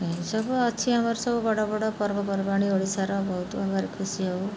ଏସବୁ ଅଛି ଆମର ସବୁ ବଡ଼ ବଡ଼ ପର୍ବପର୍ବାଣି ଓଡ଼ିଶାର ବହୁତ ଭାବରେ ଖୁସି ହେଉ